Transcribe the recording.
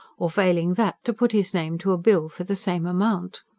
or failing that to put his name to a bill for the same amount?